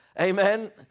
Amen